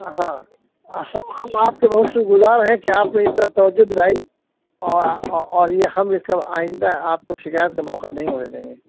ہاں ہم ہم آپ کے بہت شکر گزار ہیں کہ آپ نے اس طرف توجہ دلائی اور اور یہ ہم اس کا آئندہ آپ کو شکایت کا موقع نہیں ہونے دیں گے